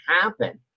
happen